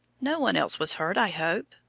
no one else was hurt, i hope?